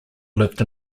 lived